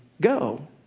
go